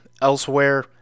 elsewhere